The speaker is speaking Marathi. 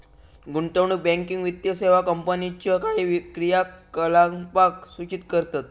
गुंतवणूक बँकिंग वित्तीय सेवा कंपनीच्यो काही क्रियाकलापांक सूचित करतत